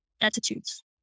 attitudes